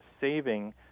saving